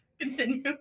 Continue